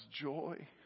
joy